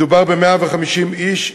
מדובר ב-150 איש,